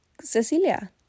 Cecilia